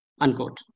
unquote